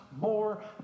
more